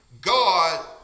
God